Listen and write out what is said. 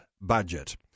Budget